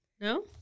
No